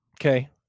Okay